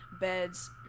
beds